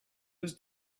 was